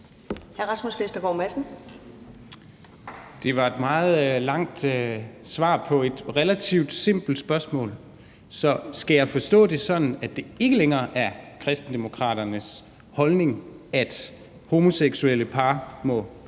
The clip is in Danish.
Rasmus Vestergaard Madsen (EL): Det var et meget langt svar på et relativt simpelt spørgsmål. Skal jeg forstå det sådan, at det ikke længere er Kristendemokraternes holdning, at homoseksuelle par ikke